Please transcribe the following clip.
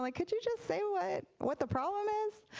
like could you just say what what the problem is?